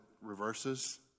reverses